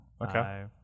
Okay